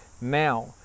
Now